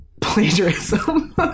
plagiarism